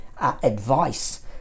advice